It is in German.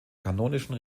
kanonischen